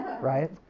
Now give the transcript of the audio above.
right